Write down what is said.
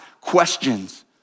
questions